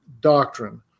doctrine